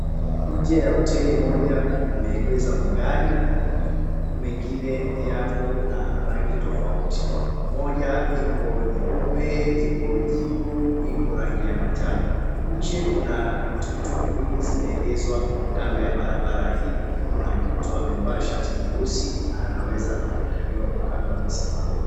Nje ya hoteli moja kumeegezwa magari mengine yapo na rangi tofauti. Moja ipo nyeupe, ipo jivu, ipo rangi ya manjano. Nje kuna tuktuk mbili zimeegezwa kando ya barabara hiyo. Kuna mtu amevaa shati jeusi anaweza kuonekaniwa kwa kando amesimama.